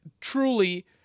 truly